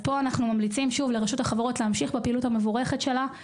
אנחנו ממליצים לרשות החברות להמשיך בפעילות המבורכת שלה,